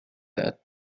that